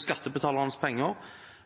skattebetalernes penger